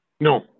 No